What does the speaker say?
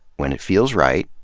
when it feels right,